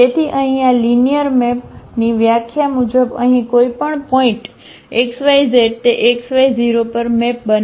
તેથી અહીં આ લિનિયર મેપ ની વ્યાખ્યા મુજબ અહીં કોઈપણ પોઇન્ટ x y z તે x y 0 પર મેપ બનાવે છે